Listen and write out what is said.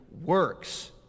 works